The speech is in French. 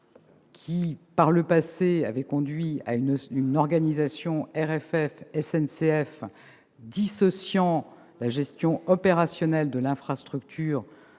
Par le passé, cela avait conduit à une organisation RFF-SNCF dissociant la gestion opérationnelle de l'infrastructure